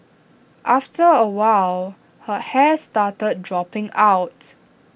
after A while her hair started dropping out